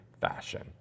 fashion